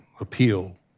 appeal